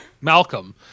Malcolm